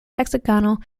hexagonal